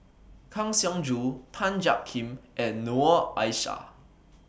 Kang Siong Joo Tan Jiak Kim and Noor Aishah